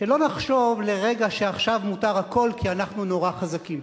שלא נחשוב לרגע שעכשיו מותר הכול כי אנחנו נורא חזקים.